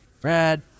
Brad